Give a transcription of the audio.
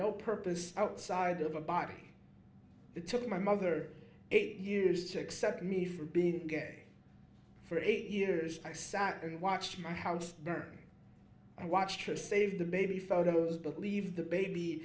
no purpose outside of a body that took my mother eight years to accept me for being game for eight years i sat and watched my house burn and watched her save the baby photos but leave the baby